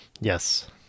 Yes